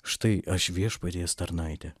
štai aš viešpaties tarnaitė